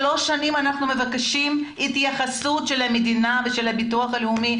שלוש שנים אנחנו מבקשים התייחסות של המדינה ושל הביטוח הלאומי,